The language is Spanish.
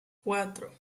cuatro